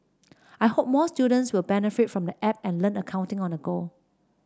I hope more students will benefit from the app and learn accounting on the go